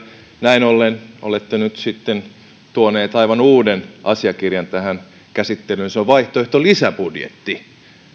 näin ollen olette nyt sitten tuoneet aivan uuden asiakirjan tähän käsittelyyn se on vaihtoehto lisäbudjettiin